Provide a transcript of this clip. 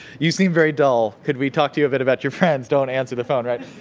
you seem very dull. could we talk to you a bit about your friends? don't answer the phone, right?